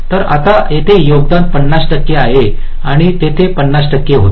तर आता येथे योगदान 50 टक्के आहे आणि तेथे 50 टक्के होते